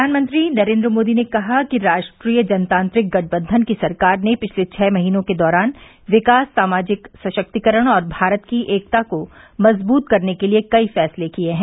प्रधानमंत्री नरेन्द्र मोदी ने कहा कि राष्ट्रीय जनतांत्रिक गठबंधन की सरकार ने पिछले छह महीनों के दौरान विकास सामाजिक सशक्तिकरण और भारत की एकता को मजबूत करने के लिए कई फैसले किये हैं